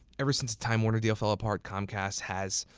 ever since time warner deal fell apart, comcast has,